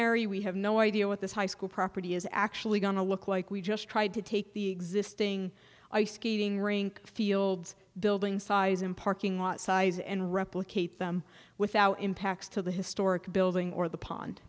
preliminary we have no idea what this high school property is actually gonna look like we just tried to take the existing ice skating rink field's building size in parking lot size and replicate them without impacts to the historic building or the pond